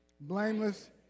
blameless